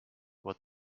what